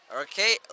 Okay